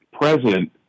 president